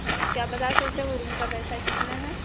क्या आप बता सकते हैं वह रूम का पैसा कितना है